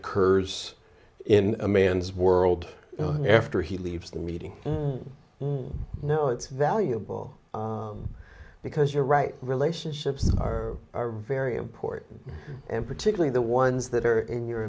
occurs in a man's world after he leaves the meeting you know it's valuable because you're right relationships are very important and particularly the ones that are in your